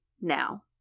now